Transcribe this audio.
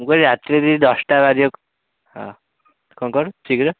ମୁଁ କହିଲି ରାତିରେ ଯଦି ଦଶଟା ବାଜିବ ହଁ କ'ଣ କ'ଣ ଶୀଘ୍ର